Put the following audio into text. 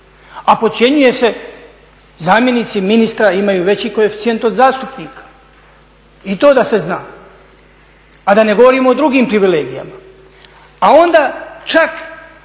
A podcjenjuje se, zamjenici ministra imaju veći koeficijent od zastupnika i to da se zna, a da ne govorim o drugim privilegijama. A onda čak